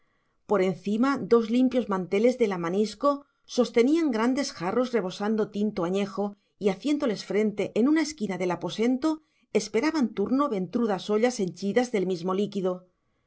por encima dos limpios manteles de lamanisco sostenían grandes jarros rebosando tinto añejo y haciéndoles frente en una esquina del aposento esperaban turno ventrudas ollas henchidas del mismo líquido